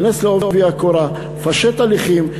היכנס בעובי הקורה, פשט הליכים.